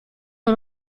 non